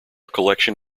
collection